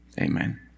Amen